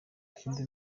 ikindi